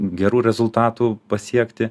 gerų rezultatų pasiekti